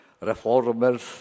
reformers